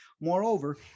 Moreover